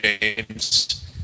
James